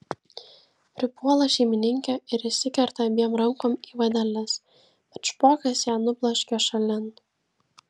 pripuola šeimininkė ir įsikerta abiem rankom į vadeles bet špokas ją nubloškia šalin